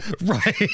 Right